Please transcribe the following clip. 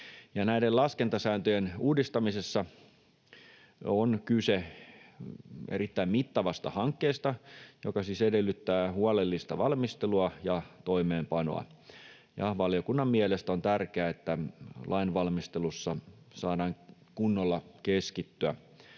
Näiden laskentasääntöjen uudistamisessa on kyse erittäin mittavasta hankkeesta, joka siis edellyttää huolellista valmistelua ja toimeenpanoa. Valiokunnan mielestä on tärkeää, että lainvalmistelussa saadaan kunnolla keskityttyä